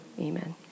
Amen